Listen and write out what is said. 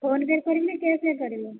PhonePe କରିବି ନା cash pay କରିବି